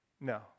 no